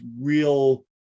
real